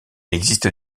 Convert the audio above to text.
existe